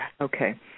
Okay